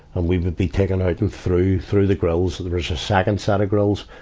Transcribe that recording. and we would be taken out and through through the grills, there was a second set of grills.